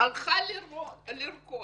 הלכה לרקוד.